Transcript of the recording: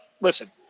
listen